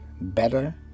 better